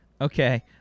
Okay